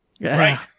Right